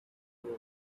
build